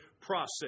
process